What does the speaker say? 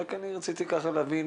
רק אני רציתי להבין